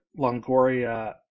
longoria